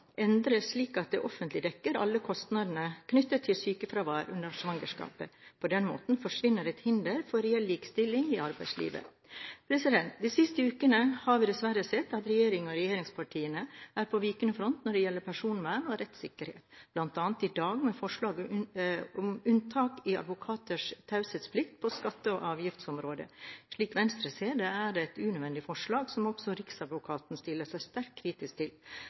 endres, slik at det offentlige dekker alle kostnader knyttet til sykefravær under svangerskap. På den måten forsvinner et hinder for reell likestilling i arbeidslivet. De siste ukene har vi dessverre sett at regjeringen og regjeringspartiene er på vikende front når det gjelder personvern og rettssikkerhet, bl.a. i dag med forslaget om unntak i advokaters taushetsplikt på skatte- og avgiftsområdet. Slik Venstre ser det, er dette et unødvendig forslag som også Riksadvokaten stiller seg sterkt kritisk til.